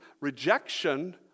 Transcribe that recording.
rejection